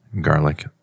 Garlic